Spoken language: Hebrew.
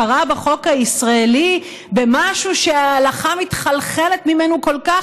הכרה בחוק הישראלי במשהו שההלכה מתחלחלת ממנו כל כך,